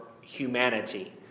humanity